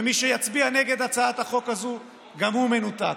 ומי שיצביע נגד הצעת החוק הזאת, גם הוא מנותק.